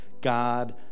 God